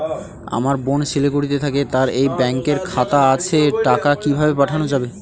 আমার বোন শিলিগুড়িতে থাকে তার এই ব্যঙকের খাতা আছে টাকা কি ভাবে পাঠানো যাবে?